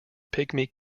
pygmy